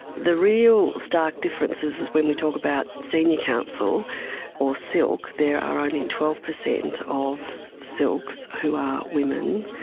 the real stark differences when we talk about senior counsel or silk, there are only twelve percent of silks who are women,